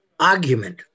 argument